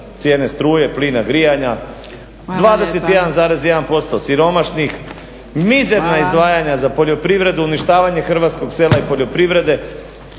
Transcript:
cijene struje, plina, grijanja, 21,1% siromašnih, mizerna izdvajanja za poljoprivredu. **Zgrebec, Dragica (SDP)** Hvala.